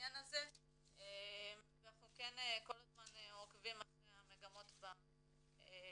לעניין הזה ואנחנו כל הזמן עוקבים אחרי המגמות בנדון.